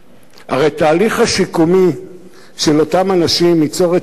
הרי התהליך השיקומי של אותם אנשים ייצור רצידיביזם,